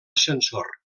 ascensor